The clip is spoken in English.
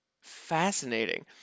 fascinating